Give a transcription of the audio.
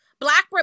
Black